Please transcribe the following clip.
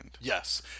Yes